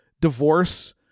divorce